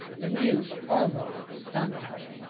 the news almost stunned her.